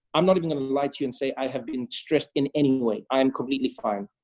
i'm not even gonna lie to you and say i have been stressed in any way. i am completely fine.